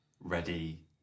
ready